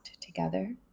together